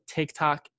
TikTok